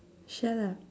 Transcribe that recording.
shut up